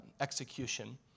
execution